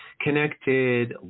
connected